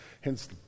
hence